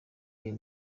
iyo